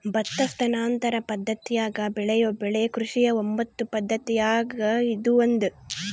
ಭತ್ತ ಸ್ಥಾನಾಂತರ ಪದ್ದತಿಯಾಗ ಬೆಳೆಯೋ ಬೆಳೆ ಕೃಷಿಯ ಒಂಬತ್ತು ಪದ್ದತಿಯಾಗ ಇದು ಒಂದು